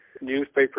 newspaper